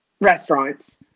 restaurants